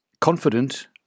confident